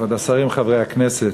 כבוד השרים, חברי הכנסת,